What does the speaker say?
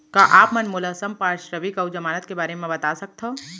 का आप मन मोला संपार्श्र्विक अऊ जमानत के बारे म बता सकथव?